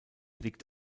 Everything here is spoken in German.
liegt